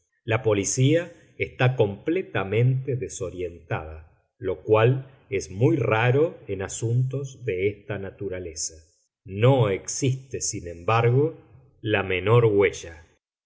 la policía está completamente desorientada lo cual es muy raro en asuntos de esta naturaleza no existe sin embargo la menor huella